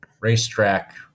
racetrack